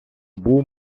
був